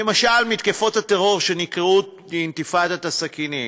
למשל, מתקפות הטרור שנקראו "אינתיפאדת הסכינים"